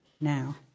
now